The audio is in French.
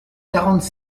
quarante